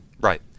Right